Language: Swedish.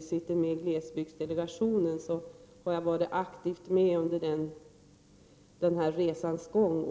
sitter med i glesbygdsdelegationen och har varit med aktivt under resans gång.